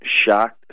shocked